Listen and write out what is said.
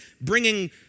bringing